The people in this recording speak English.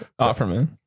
Offerman